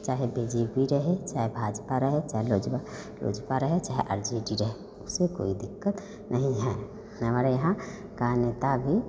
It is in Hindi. चाहे बी जे पी रहे चाहे भाजपा रहे चाहे लोजपा रहे चाहे अर जे डी रहे उससे कोई दिक़्क़त नहीं है हमारे यहाँ का नेता भी